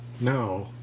No